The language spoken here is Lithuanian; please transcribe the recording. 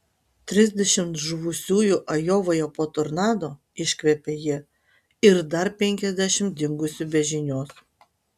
trisdešimt žuvusiųjų ajovoje po tornado iškvepia ji ir dar penkiasdešimt dingusių be žinios